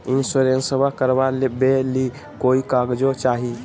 इंसोरेंसबा करबा बे ली कोई कागजों चाही?